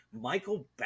Michael